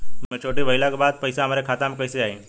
Maturity भईला के बाद पईसा हमरे खाता में कइसे आई?